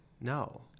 No